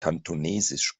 kantonesisch